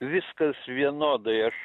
viskas vienodai aš